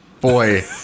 Boy